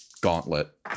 gauntlet